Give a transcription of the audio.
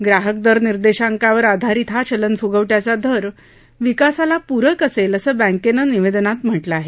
ग्राहक दर निर्देशांकावर आधारित हा चलनफुगवट्याचा दर विकासाला पूरक असेल असं बँकेनं निवेदनात म्हटलं आहे